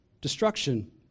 destruction